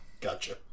Gotcha